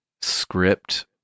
script